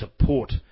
support